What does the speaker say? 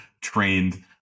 trained